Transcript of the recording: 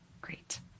Great